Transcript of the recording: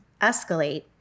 escalate